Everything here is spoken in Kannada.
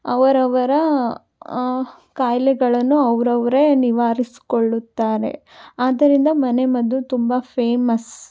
ಅವರವರ ಖಾಯಿಲೆಗಳನ್ನು ಅವರವ್ರೇ ನಿವಾರಿಸಿಕೊಳ್ಳುತ್ತಾರೆ ಆದ್ದರಿಂದ ಮನೆಮದ್ದು ತುಂಬ ಫೇಮಸ್